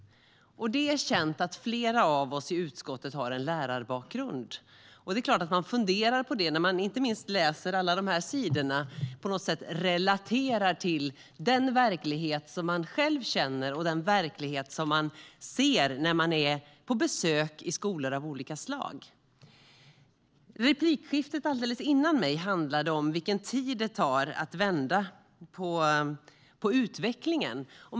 Det är känt att flera av oss i utskottet har en lärarbakgrund. Det är klart att man funderar över detta när man vid en läsning av dessa sidor relaterar till den verklighet man själv känner och den verklighet man ser vid besök i skolor. Replikskiftet precis innan handlade om vilken tid det tar att vända på utvecklingen.